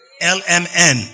L-M-N